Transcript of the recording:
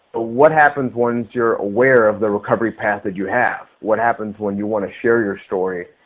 ah what happens once you're aware of the recovery path that you have? what happens when you want to share your story?